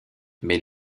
mais